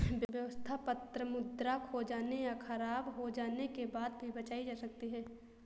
व्यवस्था पत्र मुद्रा खो जाने या ख़राब हो जाने के बाद भी बचाई जा सकती है